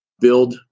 build